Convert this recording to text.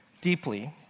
deeply